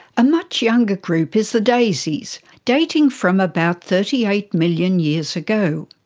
a much younger group is the daisies, dating from about thirty eight million years ago.